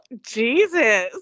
Jesus